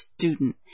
student